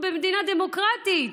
אנחנו במדינה דמוקרטית.